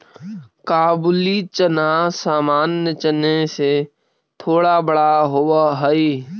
काबुली चना सामान्य चने से थोड़ा बड़ा होवअ हई